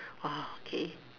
oh okay